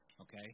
Okay